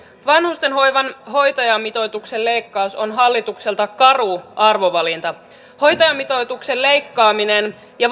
vanhustenhoivan hoitajamitoituksen leikkaus on hallitukselta karu arvovalinta hoitajamitoituksen leikkaaminen ja